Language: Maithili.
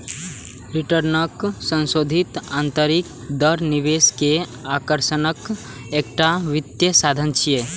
रिटर्नक संशोधित आंतरिक दर निवेश के आकर्षणक एकटा वित्तीय साधन छियै